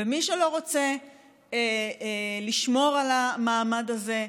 מי שלא רוצה לשמור על המעמד הזה,